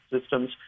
systems